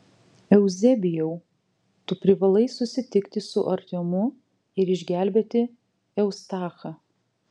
euzebijau tu privalai susitikti su artiomu ir išgelbėti eustachą